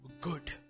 good